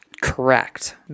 correct